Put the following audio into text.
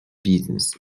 business